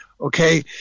okay